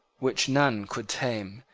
which none could tame,